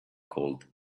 called